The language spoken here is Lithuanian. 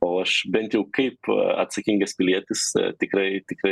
o aš bent jau kaip atsakingas pilietis tikrai tikrai